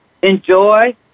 enjoy